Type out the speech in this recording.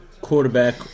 quarterback